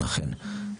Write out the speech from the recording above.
אכן.